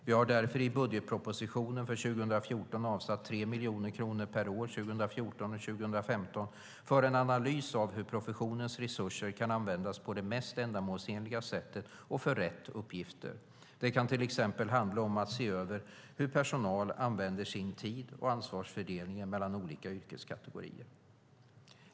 Vi har därför i budgetpropositionen för 2014 avsatt 3 miljoner kronor per år 2014 och 2015 för en analys av hur professionens resurser kan användas på det mest ändamålsenliga sättet och för rätt uppgifter. Det kan till exempel handla om att se över hur personal använder sin tid och ansvarsfördelningen mellan olika yrkeskategorier.